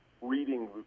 reading –